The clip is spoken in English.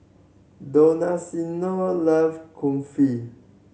Donaciano love Kulfi